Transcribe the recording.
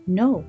no